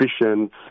efficient